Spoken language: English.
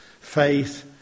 faith